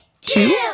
two